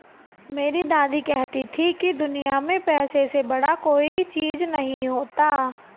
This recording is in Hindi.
मेरी दादी कहती थी कि दुनिया में पैसे से बड़ा कोई चीज नहीं होता